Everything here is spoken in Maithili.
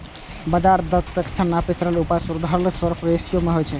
बाजार दक्षताक नापै के सरल उपाय सुधरल शार्प रेसियो होइ छै